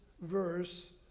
verse